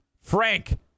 Frank